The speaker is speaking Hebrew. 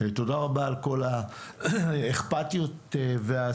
תודה רבה על כל האכפתיות והעשייה.